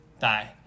die